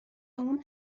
اون